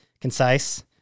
concise